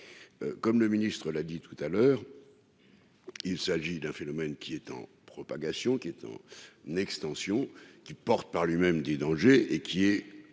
comme le ministre l'a dit tout à l'heure, il s'agit d'un phénomène qui est en propagation qui en n'extension qui porte par lui-même dit danger et qui est